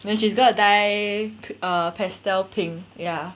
then she's gonna dye pastel pink ya